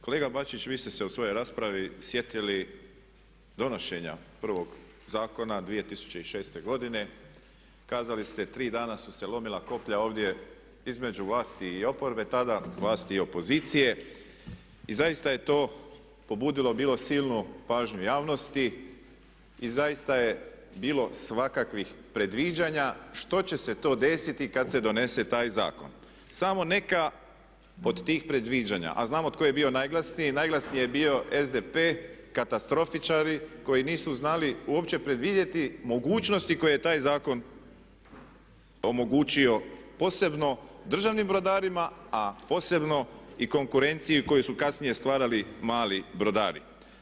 Kolega Bačić, vi ste se u svojoj raspravi sjetili donošenja prvog zakona 2006.godine, kazali ste, tri dana su se lomila koplja ovdje između vlasti i oporbe tada, vlasti i opozicije i zaista je to pobudilo bilo silnu pažnju javnosti i zaista je bilo svakakvih predviđanja što će sto desiti kad se donese taj zakon, samo neka od tih predviđanja a znamo tko je bio najglasniji, najglasniji je bio SDP, katastrofičari koji nisu znali uopće predvidjeti mogućnosti koje je taj zakon omogućio posebno državnim brodarima a posebno i konkurenciji koju su kasnije stvarali mali brodari.